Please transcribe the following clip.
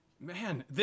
Man